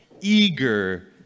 eager